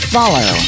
follow